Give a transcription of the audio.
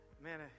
Man